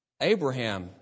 Abraham